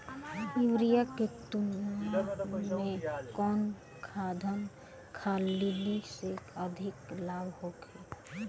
Urea के तुलना में कौन खाध खल्ली से अधिक लाभ होखे?